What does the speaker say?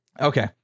Okay